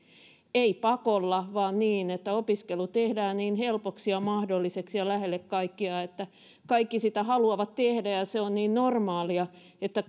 ei pakolla vaan niin että opiskelu tehdään niin helpoksi ja mahdolliseksi ja lähelle kaikkia että kaikki sitä haluavat tehdä ja ja se on niin normaalia että